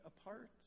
apart